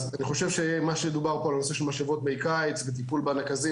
אני חושב שמה שדובר פה על הנושא של משאבות מי קיץ וטיפול בנקזים,